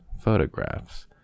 photographs